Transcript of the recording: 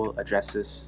addresses